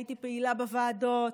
הייתי פעילה בוועדות.